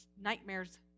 nightmares